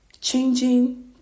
changing